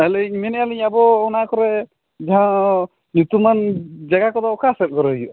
ᱟᱹᱞᱤᱧ ᱢᱮᱱᱮᱫᱼᱟᱞᱤᱧ ᱟᱵᱚ ᱚᱱᱟ ᱠᱚᱨᱮ ᱡᱟᱦᱟᱸ ᱧᱩᱛᱩᱢᱟᱱ ᱡᱟᱭᱜᱟ ᱠᱚᱫᱚ ᱚᱠᱟ ᱥᱮᱫ ᱠᱚᱨᱮ ᱦᱩᱭᱩᱜᱼᱟ